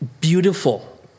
beautiful